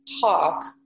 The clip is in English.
talk